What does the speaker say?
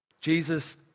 Jesus